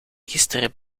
gisteren